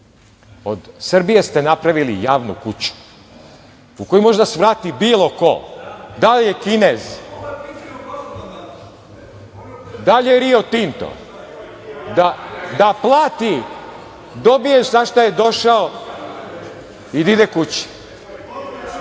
od Srbije ste napravili javnu kuću, u koju može da svrati bilo ko, da li Kinez, da li je Rio Tinto, da plati, dobije za šta je došao i da ide kući.